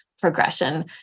progression